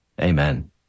amen